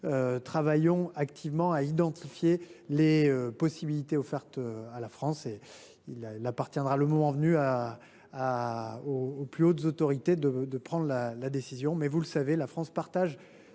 nous travaillons activement à identifier les possibilités offertes à la France. Il appartiendra, le moment venu, aux plus hautes autorités de prendre une décision, mais, vous le savez, la France partage